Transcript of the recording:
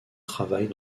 travaillent